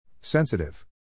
Sensitive